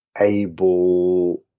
able